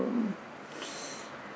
um